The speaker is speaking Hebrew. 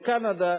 בקנדה,